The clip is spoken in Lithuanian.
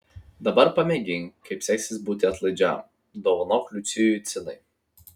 dabar pamėgink kaip seksis būti atlaidžiam dovanok liucijui cinai